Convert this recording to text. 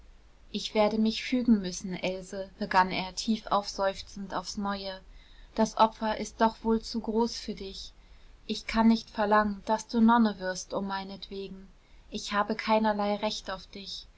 ich werde mich fügen müssen else begann er tief aufseufzend aufs neue das opfer ist doch wohl zu groß für dich ich kann nicht verlangen daß du nonne wirst um meinetwegen ich habe keinerlei recht auf dich